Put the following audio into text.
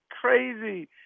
crazy